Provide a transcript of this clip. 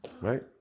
right